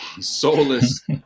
soulless